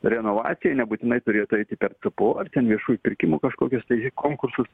renovacija nebūtinai turėtų eiti per cpo ar ten viešųjų pirkimų kažkokius konkursus